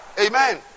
Amen